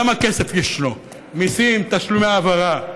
גם הכסף ישנו: מיסים, תשלומי העברה.